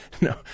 No